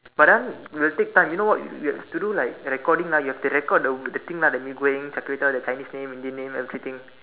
but that one will take time you know what we have to do like recording lah you have to record the the thing lah mee-goreng char-kway-teow the Chinese name Indian name everything